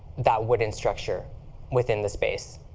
that wooden structure within the space.